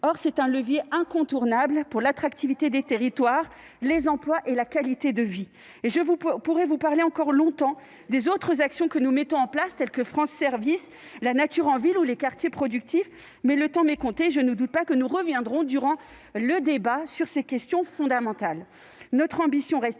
est un levier incontournable pour l'attractivité des territoires, les emplois et la qualité de vie. Je pourrais vous parler encore longtemps des autres actions que nous mettons en place, comme les maisons France Services, le dispositif Nature en ville ou les quartiers productifs, mais le temps m'est compté. Cela étant, je ne doute pas que nous reviendrons au cours du débat sur ces initiatives fondamentales. Notre ambition reste